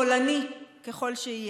קולני ככל שיהיה.